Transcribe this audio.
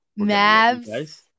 Mavs